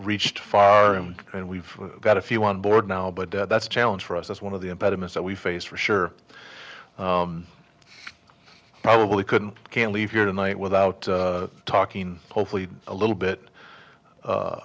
reached far and and we've got a few on board now but that's a challenge for us that's one of the impediments that we face for sure probably couldn't can't leave here tonight without talking hopefully a little bit